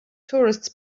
tourists